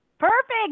perfect